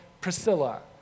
Priscilla